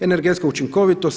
Energetska učinkovitost.